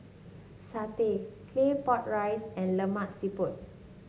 satay Claypot Rice and Lemak Siput